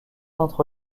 entre